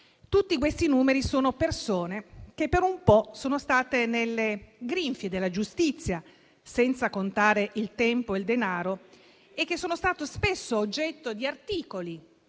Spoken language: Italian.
Tutti questi numeri sono persone che per un po' sono state nelle grinfie della giustizia, senza contare il tempo e il denaro, e sono state spesso oggetto di articoli,